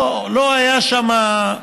לא היה שם,